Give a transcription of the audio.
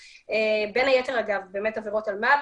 בין היתר, אגב, עבירות אלמ"ב.